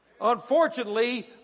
Unfortunately